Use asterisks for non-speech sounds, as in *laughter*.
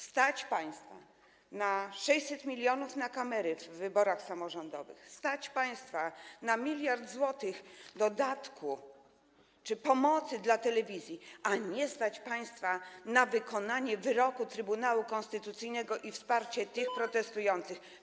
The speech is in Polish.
Stać państwa na 600 mln na kamery w wyborach samorządowych, stać państwa na 1 mld zł dodatku czy pomocy dla telewizji, a nie stać państwa na wykonanie wyroku Trybunału Konstytucyjnego i wsparcie tych *noise* protestujących.